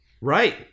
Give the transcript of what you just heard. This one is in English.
Right